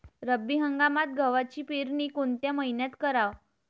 रब्बी हंगामात गव्हाची पेरनी कोनत्या मईन्यात कराव?